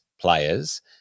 players